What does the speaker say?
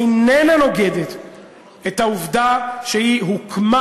איננה נוגדת את העובדה שהיא הוקמה